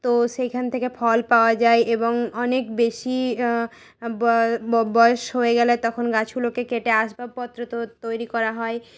তো সেইখান থেকে ফল পাওয়া যায় এবং অনেক বেশী বয়স হয়ে গেলে তখন গাছগুলোকে কেটে আসবাবপত্র তৈরি করা হয়